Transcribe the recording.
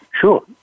Sure